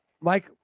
mike